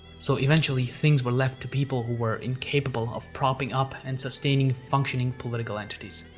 so, eventually, things were left to people who were incapable of propping up and sustaining functioning political entities.